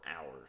hours